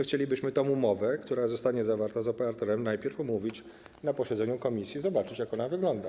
Chcielibyśmy tę umowę, która zostanie zawarta z operatorem, najpierw omówić na posiedzeniu komisji, zobaczyć, jak ona wygląda.